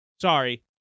Sorry